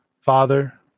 Father